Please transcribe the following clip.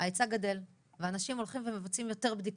ההיצע גדל ואנשים הולכים ומבצעים יותר בדיקות.